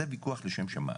זה ויכוח לשם שמיים.